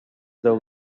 the